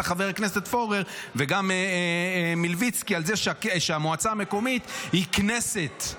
וגם מלביצקי אמר, שהמועצה המקומית היא כנסת.